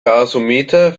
gasometer